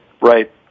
Right